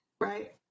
right